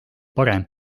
parem